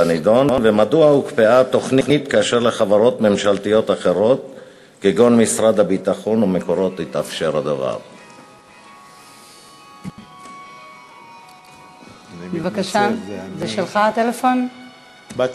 2. מדוע